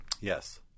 Yes